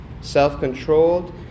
self-controlled